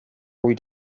үед